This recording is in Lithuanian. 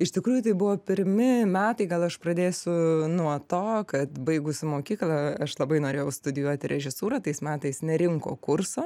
iš tikrųjų tai buvo pirmi metai gal aš pradėsiu nuo to kad baigusi mokyklą aš labai norėjau studijuoti režisūrą tais metais nerinko kurso